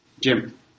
Jim